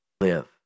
live